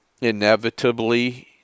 inevitably